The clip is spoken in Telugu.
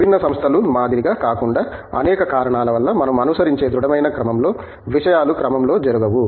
విభిన్న సంస్థల మాదిరిగా కాకుండా అనేక కారణాల వల్ల మనం అనుసరించే దృడమైన క్రమంలో విషయాలు క్రమం లో జరగవు